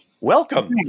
Welcome